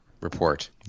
Report